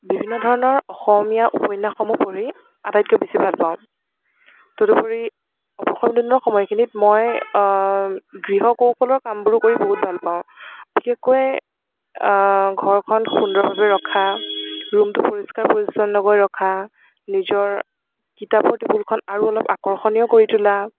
বিভিন্ন ধৰণৰ অসমীয়া উপন্য়াসসমূহ পঢ়ি আটাইতকৈ বেছি ভালপাওঁ তদুপৰি অৱসৰ বিনোদনৰ সময়খিনিত মই গৃহ কৌশলৰ কামবোৰ কৰি বহুত ভালপাওঁ বিশেষকৈ ঘৰখন সুন্দৰভাৱে ৰখা ৰূমটো পৰিষ্কা পৰিচ্ছন্নকৈ ৰখা নিজৰ কিতাপৰ টেবুলখন আৰু অলপ আকৰ্ষণীয় কৰি তোলা